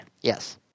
Yes